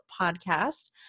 podcast